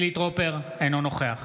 אינו נוכח